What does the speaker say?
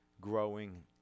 growing